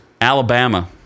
Alabama